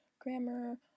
grammar